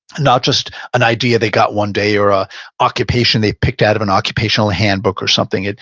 not just an idea they got one day or a occupation they picked out of an occupational handbook or something.